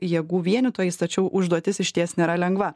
jėgų vienytojais tačiau užduotis išties nėra lengva